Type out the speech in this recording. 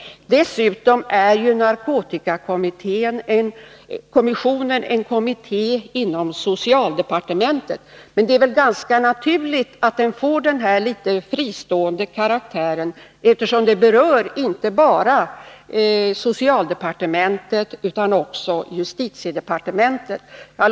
Dessutom är ju narkotikakommissionen en kommitté inom socialdepartementet. Men det är väl ganska naturligt att den får den här litet fristående karaktären, eftersom inte bara socialdepartementet utan också justitiedepartementet berörs.